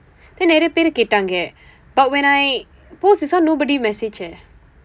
then நிறைய பேர் கேட்டாங்க:niraiya peer keetdaangka but when I post this one nobody message eh